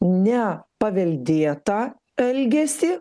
ne paveldėtą elgesį